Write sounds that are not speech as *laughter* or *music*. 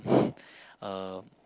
*breath* um